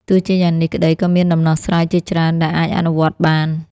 ទោះជាយ៉ាងនេះក្តី ក៏មានដំណោះស្រាយជាច្រើនដែលអាចអនុវត្តបាន។